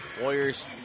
Warriors